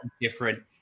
different